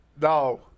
no